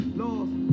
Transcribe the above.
lost